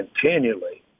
continually